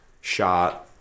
shot